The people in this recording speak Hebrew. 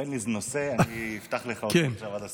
תן לי איזה נושא, אני אפתח לך אותו עכשיו עד הסוף.